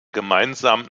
gemeinsamen